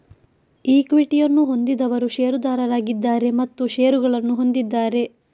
ಈಕ್ವಿಟಿಯನ್ನು ಹೊಂದಿರುವವರು ಷೇರುದಾರರಾಗಿದ್ದಾರೆ ಮತ್ತು ಷೇರುಗಳನ್ನು ಹೊಂದಿದ್ದಾರೆ